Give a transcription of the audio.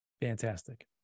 Fantastic